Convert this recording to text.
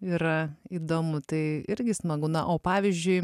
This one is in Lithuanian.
yra įdomu tai irgi smagu na o pavyzdžiui